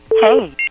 Hey